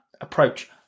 approach